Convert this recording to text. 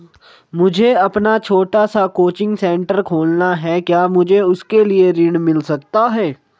मुझे अपना छोटा सा कोचिंग सेंटर खोलना है क्या मुझे उसके लिए ऋण मिल सकता है?